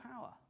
power